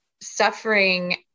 suffering